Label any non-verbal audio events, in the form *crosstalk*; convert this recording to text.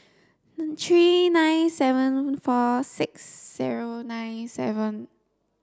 *unintelligible* three nine seven four six zero nine seven